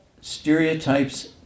stereotypes